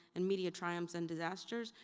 and media triumphs and disasters,